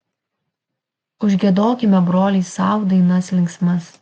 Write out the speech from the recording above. užgiedokime broliai sau dainas linksmas